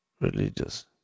religious